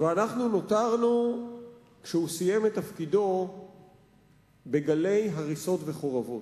ואנחנו נותרנו כשהוא סיים את תפקידו בגלי הריסות וחורבות.